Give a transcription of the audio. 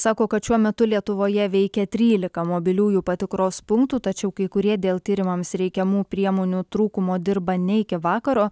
sako kad šiuo metu lietuvoje veikia trylika mobiliųjų patikros punktų tačiau kai kurie dėl tyrimams reikiamų priemonių trūkumo dirba ne iki vakaro